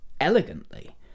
elegantly